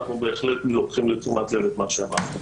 אנחנו בהחלט לוקחים לתשומת לב את מה שאמרת.